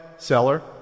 Seller